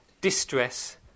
distress